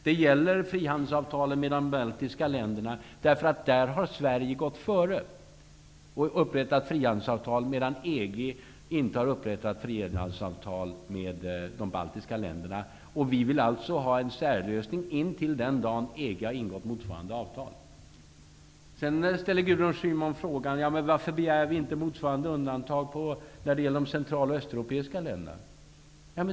Det gäller frihandelsavtalen med de baltiska länderna. Där har Sverige gått före och upprättat frihandelsavtal, medan EG inte har upprättat sådana. Vi vill alltså ha en särlösning intill den dagen EG har ingått motsvarande avtal. Gudrun Schyman ställer frågan: Varför begär vi inte motsvarande undantag när det gäller de central och östeuropeiska länderna?